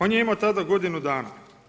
On je imao tada godinu dana.